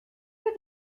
peu